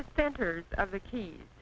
the standard of the key